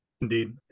indeed